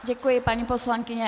Děkuji, paní poslankyně.